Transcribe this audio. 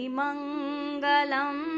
mangalam